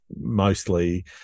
mostly